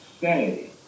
say